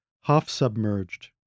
half-submerged